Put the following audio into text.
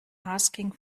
asking